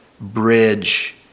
bridge